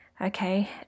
okay